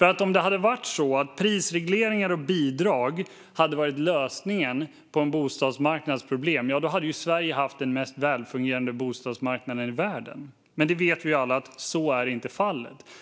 Om prisregleringar och bidrag hade varit lösningen på en bostadsmarknads problem hade Sverige haft den mest välfungerande bostadsmarknaden i världen. Men vi vet alla att så inte är fallet.